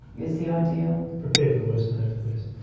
is the ideal. prepare for the worst and hope for the best.